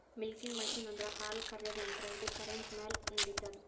milking machine ಅಂದ್ರ ಹಾಲ್ ಕರ್ಯಾದ್ ಯಂತ್ರ ಇದು ಕರೆಂಟ್ ಮ್ಯಾಲ್ ನಡಿತದ್